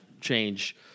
change